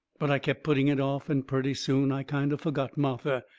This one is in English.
but i kept putting it off, and purty soon i kind of forgot martha.